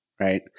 Right